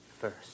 first